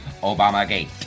obamagate